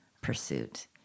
pursuit